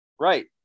right